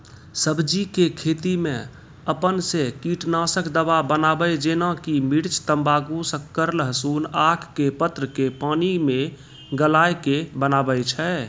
सब्जी के खेती मे अपन से कीटनासक दवा बनाबे जेना कि मिर्च तम्बाकू शक्कर लहसुन आक के पत्र के पानी मे गलाय के बनाबै छै?